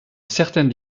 certaine